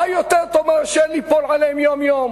מה יותר טוב מאשר ליפול עליהם יום-יום?